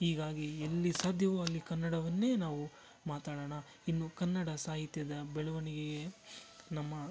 ಹೀಗಾಗಿ ಎಲ್ಲಿ ಸಾಧ್ಯವೋ ಅಲ್ಲಿ ಕನ್ನಡವನ್ನೇ ನಾವು ಮಾತಾಡೋಣ ಇನ್ನು ಕನ್ನಡ ಸಾಹಿತ್ಯದ ಬೆಳವಣಿಗೆಯೇ ನಮ್ಮ